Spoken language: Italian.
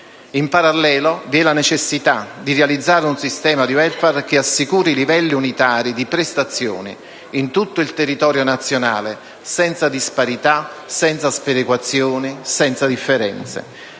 In parallelo, vi è la necessità di realizzare un sistema di *welfare* che assicuri livelli unitari di prestazioni in tutto il territorio nazionale, senza disparità, sperequazioni e differenze.